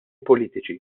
politiċi